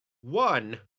One